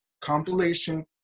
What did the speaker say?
compilation